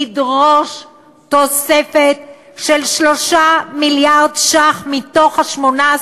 מחר בוועדת הכספים לדרוש תוספת של 3 מיליארד שקלים מתוך ה-18,